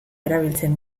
erabiltzen